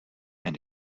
and